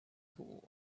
fool